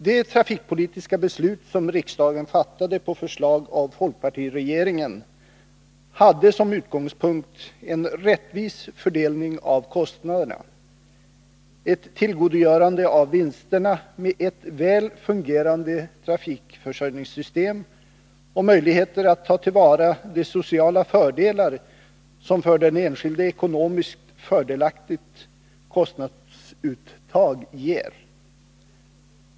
Det trafikpolitiska beslut som riksdagen fattade på förslag av folkpartiregeringen hade som utgångspunkt en rättvis fördelning av kostnaderna, ett tillgodogörande av vinsterna med ett väl fungerande trafikförsörjningssystem och möjligheter att ta till vara de sociala fördelar som ett för den enskilde ekonomiskt fördelaktigt kostnadsuttag ger.